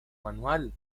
manual